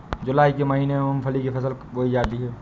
जूलाई के महीने में मूंगफली की फसल बोई जाती है